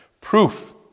Proof